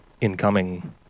Incoming